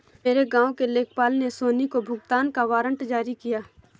मेरे गांव के लेखपाल ने सोनी को भुगतान का वारंट जारी किया